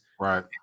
Right